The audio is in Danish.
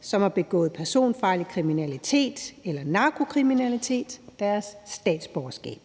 som har begået personfarlig kriminalitet eller narkokriminalitet, deres statsborgerskab.